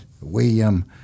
William